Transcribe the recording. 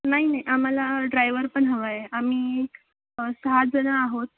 नाही नाही आम्हाला ड्रायवर पण हवा आहे आम्ही सहा जणं आहोत